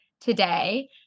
today